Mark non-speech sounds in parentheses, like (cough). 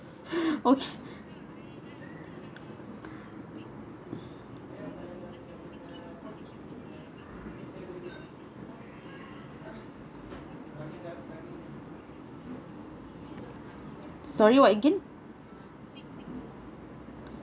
(laughs) okay sorry what again